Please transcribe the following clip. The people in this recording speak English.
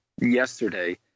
yesterday